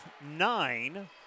nine